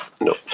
no